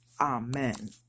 Amen